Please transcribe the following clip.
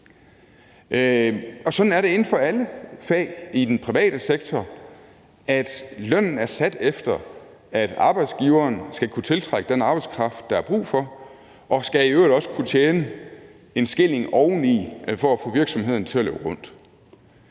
det er sådan inden for alle fag i den private sektor, at lønnen er sat efter, at arbejdsgiveren skal kunne tiltrække den arbejdskraft, der er brug for, og i øvrigt også skal kunne tjene en skilling oveni for at få virksomheden til at løbe rundt.